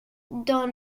dans